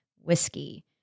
whiskey